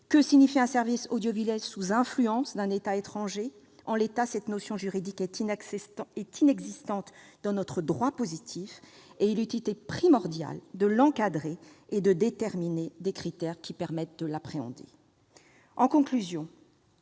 Que signifie un service audiovisuel « sous influence » d'un État étranger ? En l'état, cette notion juridique est inexistante dans notre droit positif. Il eût été primordial de l'encadrer et de déterminer des critères qui permettent de l'appréhender. En conclusion,